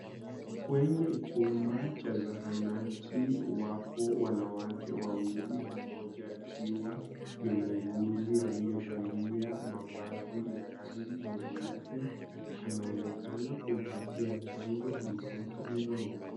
Kwenye chumba cha zahanati, wapo wanawake wawili. Mmoja akiwa ni muuguzi aliyevalia mavazi ya rangi nyeupe. Anaonekana kumpatia chanjo mtoto mdogo.